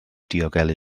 diogelu